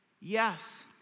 Yes